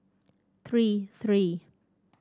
three three